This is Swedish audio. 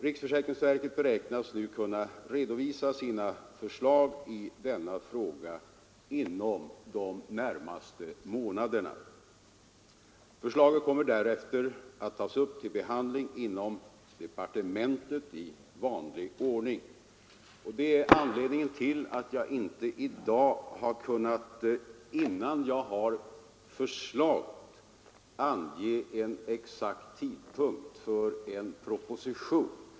Riksförsäkringsverket beräknas nu kunna redovisa sitt förslag i denna fråga inom de närmaste månaderna. Förslaget kommer därefter att tas upp till behandling inom departementet i vanlig ordning. Det är anledningen till att jag inte i dag, innan jag har något förslag, kunnat ange exakt tidpunkt för en proposition.